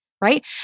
right